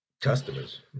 customers